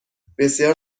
بسیار